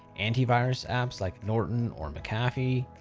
antivirus apps like norton or mcafee,